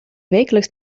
wekelijks